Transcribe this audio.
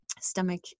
stomach